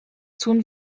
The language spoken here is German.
tun